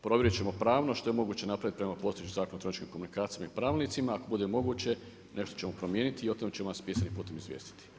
Provjerit ćemo pravno što je moguće napraviti prema postojećem Zakonu o elektroničkim komunikacijama i pravnicima, ako bude moguće nešto ćemo promijeniti i o tome ćemo vas pisanim putem izvijestiti.